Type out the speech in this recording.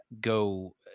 go